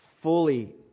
fully